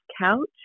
couch